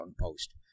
post